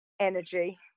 Energy